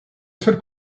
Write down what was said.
seul